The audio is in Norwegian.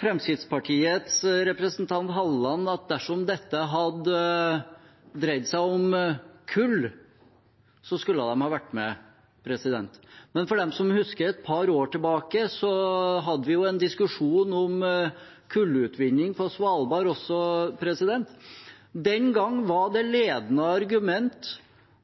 Fremskrittspartiets representant Halleland sier at dersom dette hadde dreid seg om kull, skulle de ha vært med. Men for dem som husker et par år tilbake, hadde vi jo en diskusjon om kullutvinning på Svalbard også. Den gangen var det ledende argumentet